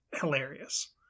hilarious